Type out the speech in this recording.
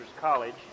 College